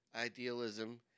idealism